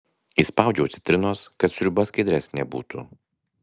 įspaudžiu citrinos kad sriuba skaidresnė būtų